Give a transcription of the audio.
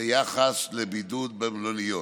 ביחס לבידוד במלוניות,